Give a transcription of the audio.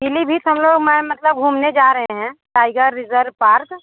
पीलीभीत हमलोग मैम मतलब घूमने जा रहें हैं टाइगर रिजर्व पार्क